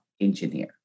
engineer